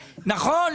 נכון,